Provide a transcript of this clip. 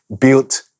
built